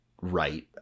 right